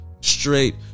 Straight